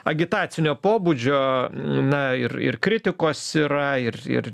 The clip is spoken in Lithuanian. agitacinio pobūdžio na ir ir kritikos yra ir ir